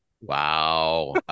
wow